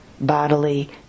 bodily